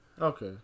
okay